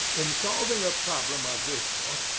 in solving a problem of this sort,